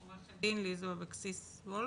עו"ד לי-זו אבקסיס וולפוס.